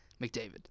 McDavid